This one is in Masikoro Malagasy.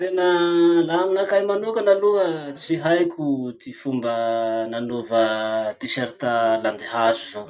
Tena laha aminakahy manokana aloha tsy haiko ty fomba nanaova t-shirt landihazo zao.